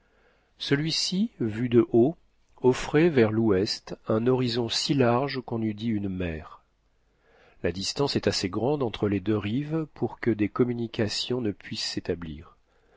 celui-ci vu de haut offrait vers l'ouest un horizon si large qu'on eut dit une mer la distance est assez grande entre les deux rives pour que des communications ne puissent s'établir